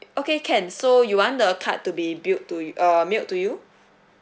okay can so you want the card to be billed to you err mailed to you